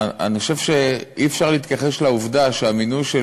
אני חושב שאי-אפשר להתכחש לעובדה שהמינויים של